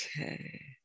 Okay